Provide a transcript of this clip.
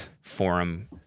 forum